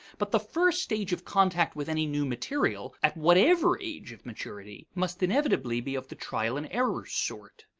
but the first stage of contact with any new material, at whatever age of maturity, must inevitably be of the trial and error sort.